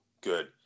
good